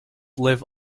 live